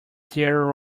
there